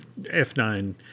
F9